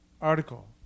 article